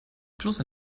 plus